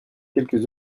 quelques